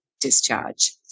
discharge